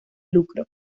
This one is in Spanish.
lucro